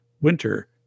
winter